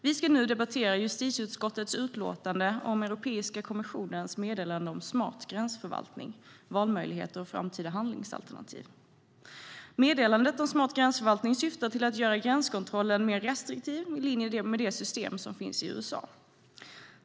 Vi ska nu debattera justitieutskottets utlåtande om Europeiska kommissionens meddelande Smart gränsförvaltning - valmöjligheter och framtida handlingsalternativ . Meddelandet om smart gränsförvaltning syftar till att göra gränskontrollen mer restriktiv i linje med det system som finns i USA.